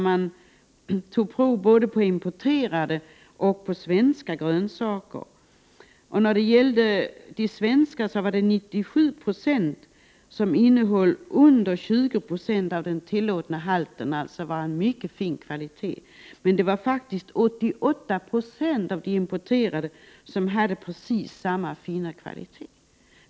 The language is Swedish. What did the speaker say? Man tog då prov på både importerade och svenska grönsaker. 97 Jo av de svenska grönsakerna innehöll under 20 96 av den tillåtna halten. Det var alltså en mycket fin kvalitet. Men det var faktiskt 88 96 av de importerade grönsakerna som hade precis samma fina kvalitet.